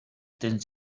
tens